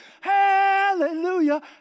Hallelujah